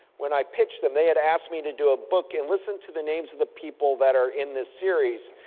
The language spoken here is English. when i pitched them, they had asked me to do a book and listen to the name of the people that are in this series,